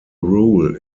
rule